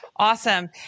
Awesome